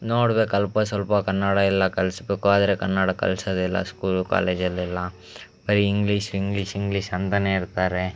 ನೋಡ್ಬೇಕು ಅಲ್ಪಸ್ವಲ್ಪ ಕನ್ನಡ ಎಲ್ಲ ಕಲಿಸ್ಬೇಕು ಆದರೆ ಕನ್ನಡ ಕಲಿಸೋದಿಲ್ಲ ಸ್ಕೂಲು ಕಾಲೇಜಲ್ಲೆಲ್ಲ ಬರೀ ಇಂಗ್ಲೀಷ್ ಇಂಗ್ಲೀಷ್ ಇಂಗ್ಲೀಷ್ ಅಂತನೇ ಇರ್ತಾರೆ